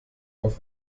auf